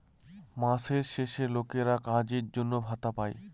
মাসের শেষে লোকেরা কাজের জন্য ভাতা পাই